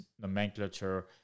nomenclature